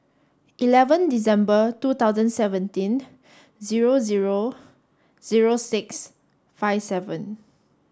eleven December two thousand seventeen zero zero zero six five seven